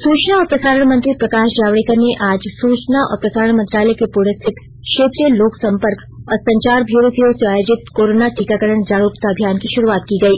सूचना और प्रसारण मंत्री प्रकाश जावडेकर ने आज सूचना और प्रसारण मंत्रालय के पुणे स्थित क्षेत्रीय लोकसंपर्क और संचार ब्यूरो की ओर से आयोजित कोरोना टीकाकरण जागरूकता अभियान की शुरूआत की गई